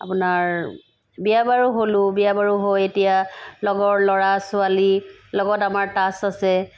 আপোনাৰ বিয়া বাৰু হ'লোঁ বিয়া বাৰু হৈ এতিয়া লগৰ ল'ৰা ছোৱালী লগত আমাৰ টাচ আছে